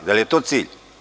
Da li je to cilj?